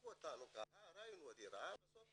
לקחו אותנו ככה, ראינו דירה, ובסוף